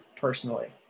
personally